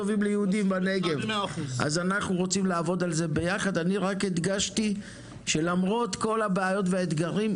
בארבעתם הוצאנו הזמנות בהיקפים של מיליוני שקלים לתכנון,